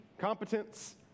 competence